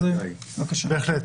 בהחלט.